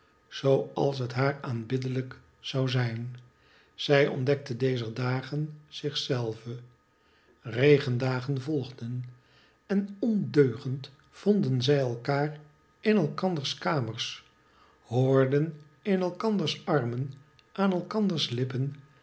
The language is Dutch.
zoo als het haar aanbiddelijk zou zijn zij ontdekte dezer dagen zichzelve regendagen volgden en ondeugend vonden zij elkander in elkanders kamers hoorden in elkanders armen aan elkanders lippen